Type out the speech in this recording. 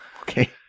Okay